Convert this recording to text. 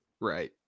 Right